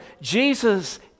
Jesus